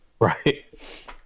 Right